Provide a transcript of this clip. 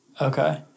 Okay